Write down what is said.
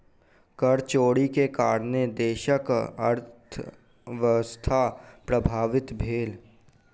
कर चोरी के कारणेँ देशक अर्थव्यवस्था प्रभावित भेल